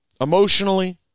emotionally